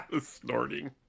Snorting